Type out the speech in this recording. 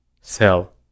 sell